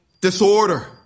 disorder